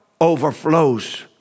overflows